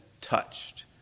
touched